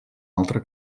altre